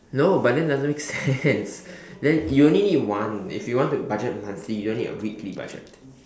no but then that doesn't make sense then you only need one if you want to budget monthly you don't need a weekly budget